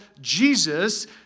Jesus